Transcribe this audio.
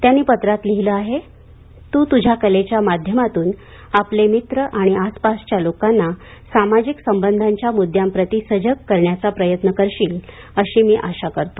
त्यांनी पत्रात लिहिले आहे तू तुझ्या कलेच्या माध्यमातून आपले मित्र आणि आसपासच्या लोकांना सामाजिक संबंधांच्या मुद्द्यांप्रति सजग करण्याचा प्रयत्न करशील अशी मी आशा करतो